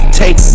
take